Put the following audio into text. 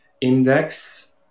index